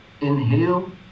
inhale